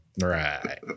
Right